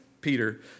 Peter